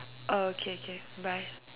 orh okay okay bye